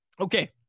Okay